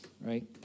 right